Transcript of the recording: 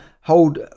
hold